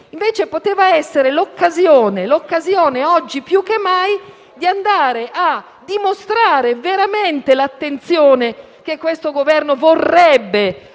Poteva essere l'occasione - oggi più che mai - di dimostrare veramente l'attenzione che questo Governo vorrebbe avere